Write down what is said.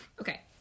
Okay